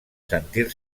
sentir